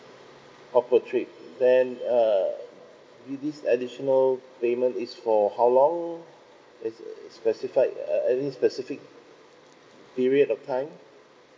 oh per trip then err this this additional payment is for how long it's err specified err any specific period of time